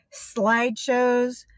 slideshows